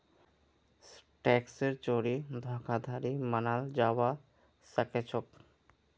टैक्सेर चोरी धोखाधड़ी मनाल जाबा सखेछोक